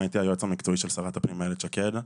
הייתי היועץ המקצועי של שר הפנים אילת שקד.